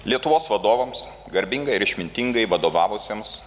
lietuvos vadovams garbingai ir išmintingai vadovavusiems